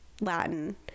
Latin